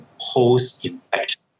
post-infection